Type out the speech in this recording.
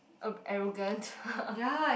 uh arrogant